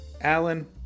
Alan